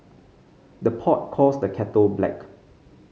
the pot calls the kettle black